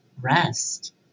rest